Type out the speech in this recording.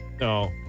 No